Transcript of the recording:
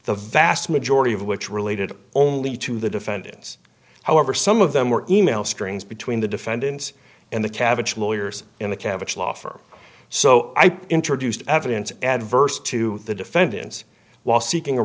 the vast majority of which related only to the defendants however some of them were e mail strings between the defendants and the cabbage lawyers in the cabbage law firm so i introduced evidence adverse to the defendants while seeking a